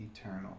eternal